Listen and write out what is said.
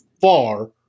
far